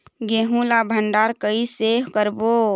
गेहूं ला भंडार कई से करबो?